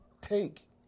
take